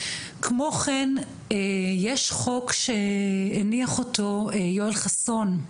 כמו כן יש חוק שהניח אותו יואל חסון,